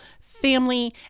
family